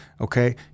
okay